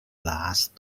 last